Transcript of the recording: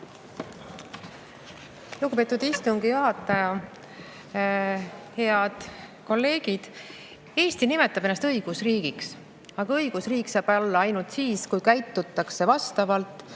Lugupeetud istungi juhataja! Head kolleegid! Eesti nimetab ennast õigusriigiks, aga õigusriik saab olla ainult siis, kui käitutakse vastavalt